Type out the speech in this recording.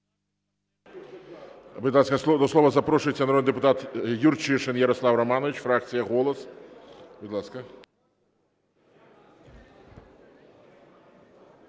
Будь ласка, до слова запрошується народний депутат Юрчишин Ярослав Романович, фракція "Голос". Будь ласка.